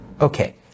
Okay